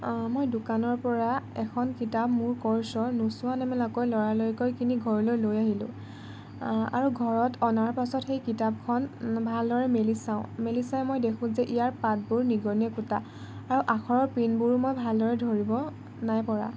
মই দোকানৰ পৰা এখন কিতাপ মোৰ কৰ্চৰ নোচোৱা নেমেলাকৈ লৰালৰিকৈ কিনি ঘৰলৈ লৈ আহিলোঁ আৰু ঘৰত অনাৰ পাছত সেই কিতাপখন ভালদৰে মেলি চাওঁ মেলি চাই মই দেখোঁ যে ইয়াৰ পাতবোৰ নিগনিয়ে কুটা আৰু আখৰৰ প্ৰিণ্টবোৰো মই ভালদৰে ধৰিব নাই পৰা